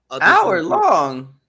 Hour-long